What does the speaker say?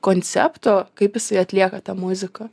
koncepto kaip jisai atlieka tą muziką